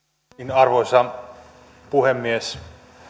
arvoisa puhemies